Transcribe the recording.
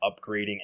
upgrading